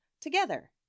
together